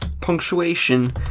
punctuation